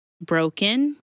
broken